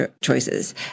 choices